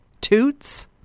toots